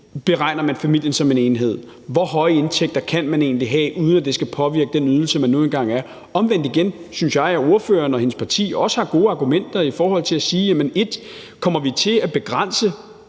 beregner familien som en enhed. Hvor høje indtægter kan man egentlig have, uden at det skal påvirke den ydelse, der nu engang er? Omvendt igen synes jeg, at ordføreren og hendes parti også har gode argumenter i forhold til at spørge, om vi kommer til at begrænse